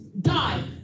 die